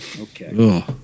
Okay